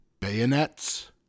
Bayonets